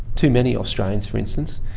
too many australians, for instance,